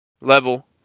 level